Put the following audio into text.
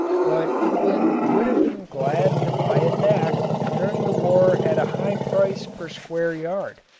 but england would have been glad to buy it back during the war at a high price per square yard.